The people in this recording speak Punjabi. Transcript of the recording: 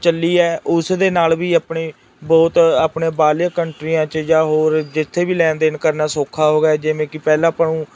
ਚੱਲੀ ਹੈ ਉਸ ਦੇ ਨਾਲ ਵੀ ਆਪਣੀ ਬਹੁਤ ਆਪਣੇ ਬਾਹਰਲੀਆਂ ਕੰਟਰੀਆਂ 'ਚ ਜਾਂ ਹੋਰ ਜਿੱਥੇ ਵੀ ਲੈਣ ਦੇਣ ਕਰਨਾ ਸੌਖਾ ਹੋ ਗਿਆ ਜਿਵੇਂ ਕਿ ਪਹਿਲਾਂ ਆਪਾਂ ਨੂੰ